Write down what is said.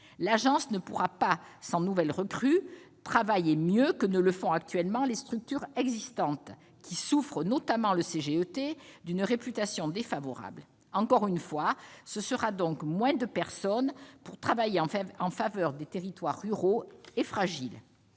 L'agence ne pourra pas, sans nouvelles recrues, travailler mieux que ne le font actuellement les structures préexistantes, qui souffrent- c'est notamment vrai pour le CGET -d'une réputation défavorable. Il y aura donc encore une fois moins de personnes pour travailler en faveur des territoires ruraux et fragiles